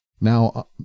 Now